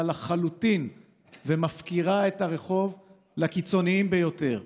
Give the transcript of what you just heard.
לחלוטין ומפקירה את הרחוב לקיצוניים ביותר.